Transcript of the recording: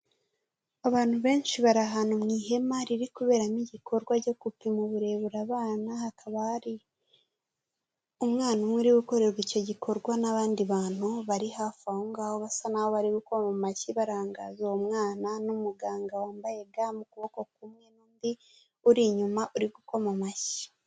Abantu benshi bari ahantu mu ihema riri kuberamo igikorwa cyo gupima uburebure abana, hakaba hari umwana umwe uri gukorerwa icyo gikorwa n'abandi bantu bari hafi aho ngaho basa n'aho bari gukora mu mashyi barangaza uwo mwana n'umuganga wambaye ga mu kuboko kumwe n'undi uri inyuma uri gukoma amashyi.